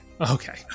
Okay